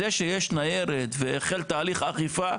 זה שיש ניירת והחל תהליך אכיפה,